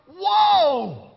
whoa